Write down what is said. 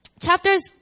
Chapters